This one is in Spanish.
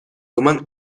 toman